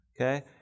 Okay